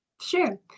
Sure